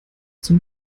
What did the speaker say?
zum